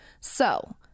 So-